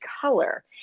color